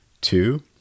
Two